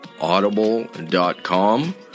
Audible.com